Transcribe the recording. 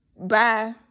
bye